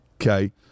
okay